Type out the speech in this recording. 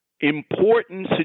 important